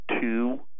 two